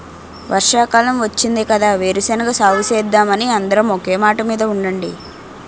వర్షాకాలం వచ్చింది కదా వేరుశెనగ సాగుసేద్దామని అందరం ఒకే మాటమీద ఉండండి